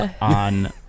on